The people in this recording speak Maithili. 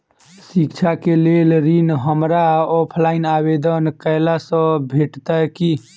शिक्षा केँ लेल ऋण, हमरा ऑफलाइन आवेदन कैला सँ भेटतय की?